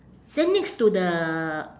then next to the